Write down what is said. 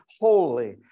holy